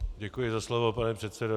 Děkuji za slovo, pane předsedo.